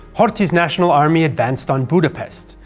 horthy's national army advanced on budapest,